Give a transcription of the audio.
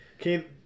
okay